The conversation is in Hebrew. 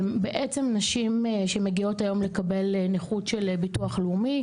בעצם נשים שמגיעות היום לקבל נכות של ביטוח לאומי,